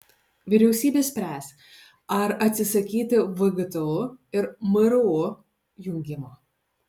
vyriausybė spręs ar atsisakyti vgtu ir mru jungimo